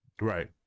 Right